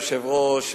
היושב-ראש,